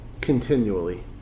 continually